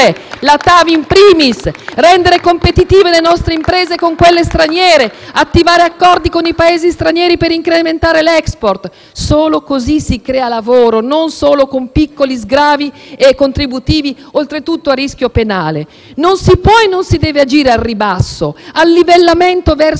FI-BP)*. Bisogna rendere competitive le nostre imprese con quelle straniere, attivare accordi con i Paesi stranieri per incrementare l'*export.* Solo così si crea lavoro, non solo con piccoli sgravi contributivi, oltretutto a rischio penale. Non si può e non si deve agire al ribasso, al livellamento verso il